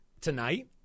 Tonight